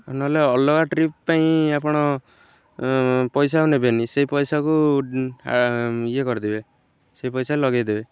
ନହେଲେ ଅଲଗା ଟ୍ରିପ୍ ପାଇଁ ଆପଣ ପଇସା ନେବେନି ସେଇ ପଇସାକୁ ଇଏ କରିଦେବେ ସେଇ ପଇସାକୁ ଲଗେଇଦେବେ